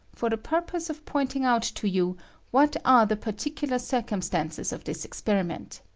for the purpose of pointing out to you what are the particular circumstances of this experiment.